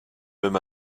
même